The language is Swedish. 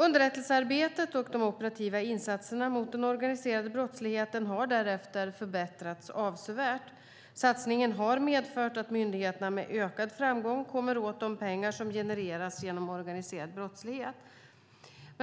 Underrättelsesamarbetet och de operativa insatserna mot den organiserade brottsligheten har därefter förbättrats avsevärt. Satsningen har medfört att myndigheterna med ökad framgång kommer åt de pengar som har genererats genom organiserad brottslighet.